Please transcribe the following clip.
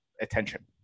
attention